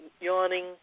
yawning